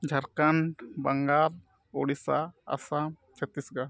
Jharkhand Bengal Odisha Assam Chhattisgarh